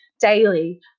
daily